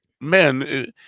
man